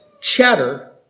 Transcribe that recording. chatter